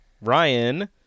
Ryan